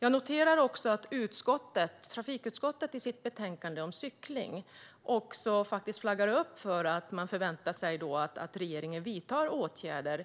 Jag noterar att trafikutskottet i sitt betänkande om cykling flaggar för att man förväntar sig att regeringen vidtar åtgärder.